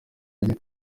tujye